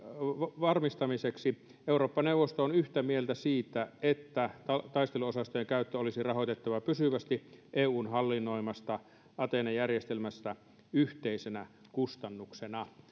vahvistamiseksi eurooppa neuvosto on yhtä mieltä siitä että taisteluosastojen käyttö olisi rahoitettava pysyvästi eun hallinnoimasta athena järjestelmästä yhteisenä kustannuksena